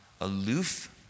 aloof